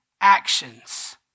actions